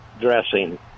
dressing